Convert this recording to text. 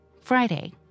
Friday